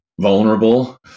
vulnerable